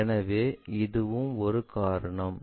எனவே இதுவும் ஒரு காரணம்